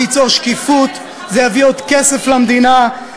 זה ייצור שקיפות, בועז,